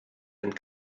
and